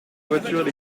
voiture